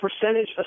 percentage